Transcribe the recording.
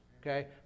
Okay